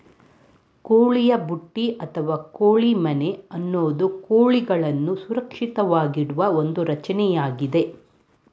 ಕೋಳಿಯ ಬುಟ್ಟಿ ಅಥವಾ ಕೋಳಿ ಮನೆ ಅನ್ನೋದು ಕೋಳಿಗಳನ್ನು ಸುರಕ್ಷಿತವಾಗಿಡುವ ಒಂದು ರಚನೆಯಾಗಿದೆ